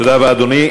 תודה רבה, אדוני.